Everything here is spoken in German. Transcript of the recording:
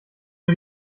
nur